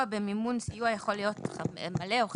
במימון סיוע יכול להיות מלא או חלקי,